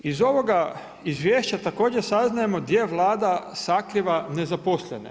Iz ovoga izvješća također saznajemo gdje Vlada sakriva nezaposlene.